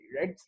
right